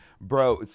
bro